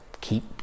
keep